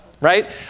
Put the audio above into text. right